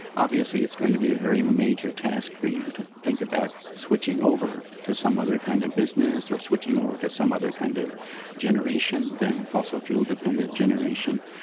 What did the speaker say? obviously it's going to be a very major task for you to think about switching over to some other kind of business or switching over to some other kind of generation than fossil fuel dependent generation,